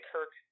Kirk